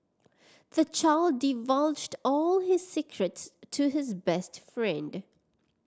the child divulged all his secrets to his best friend